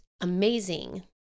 amazing